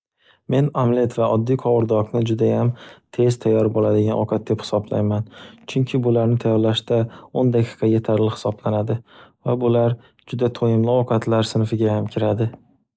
Men omlet va oddiy qovurdokni judayam tez tayyor bo'ladigan ovqat deb hisoblayman, chunki bularni tayyorlashda o'n daqiqa yetarli hisoblanadi va bular juda to'yumli ovqatlar sinfiga ham kiradi.